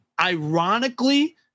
Ironically